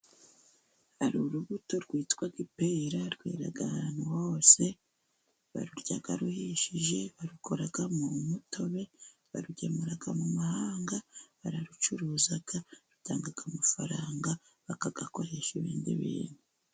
Hari urubuto rwitwa ipera rwera ahantu hose barurya ruhishije barukoramo umutobe, barugemura mu mahanga bararucuruza, rutanga amafaranga bakayakoresha ibindi bintu.